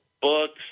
books